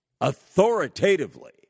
authoritatively